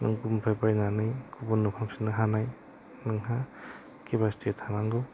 नों गुबुननिफ्राय बायनानै गुबुननो फानफिननो हानाय नोंहा खेफासिथिया थानांगौ